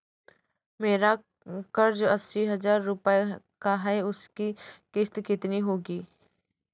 मेरा कर्ज अस्सी हज़ार रुपये का है उसकी किश्त कितनी होगी?